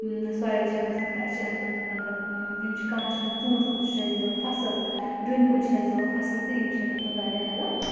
soil چھَنہٕ گژھان اَسہِ چھِ اَمہِ منٛز ہؠکان پَتہٕ یِم چھِ کانٛہہ چھِ آسان ژوٗنٛٹھۍ کُل سُہ چھِ اَسہِ دِوان فَصٕل ڈُنہِ کُلۍ چھِ اَسہِ دِوان فصٕل تہٕ یِم چھِ اَسہِ اَتھ منٛز واریاہ ہیلٕپ کَرَان